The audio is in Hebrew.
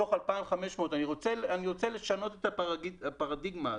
מתוך 2,500. אני רוצה לשנות את הפרדיגמה הזאת.